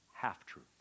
half-true